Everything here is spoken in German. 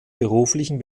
beruflichen